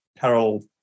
Carol